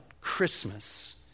Christmas